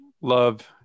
love